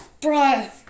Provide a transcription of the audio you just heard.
Bro